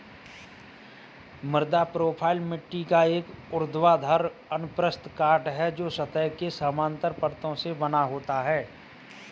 मृदा प्रोफ़ाइल मिट्टी का एक ऊर्ध्वाधर अनुप्रस्थ काट है, जो सतह के समानांतर परतों से बना होता है